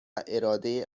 اراده